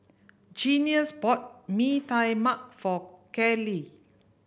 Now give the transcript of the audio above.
Junius bought Mee Tai Mak for Callie